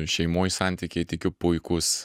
šeimoj santykiai tikiu puikūs